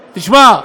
תשמע.